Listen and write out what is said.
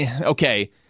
okay